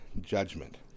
judgment